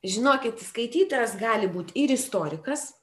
žinokit skaitytojas gali būt ir istorikas